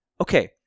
okay